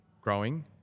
growing